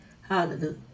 Hallelujah